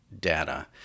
data